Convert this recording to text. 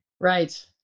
right